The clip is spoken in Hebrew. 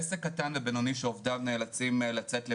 עסק קטן ובינוני שעובדיו נאלצים לצאת לבידוד.